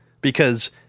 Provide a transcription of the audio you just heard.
because-